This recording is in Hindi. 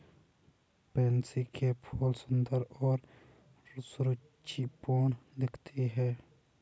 पैंसी के फूल सुंदर और सुरुचिपूर्ण दिखते हैं